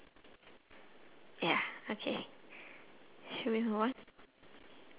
window is it circle